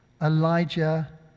Elijah